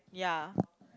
yea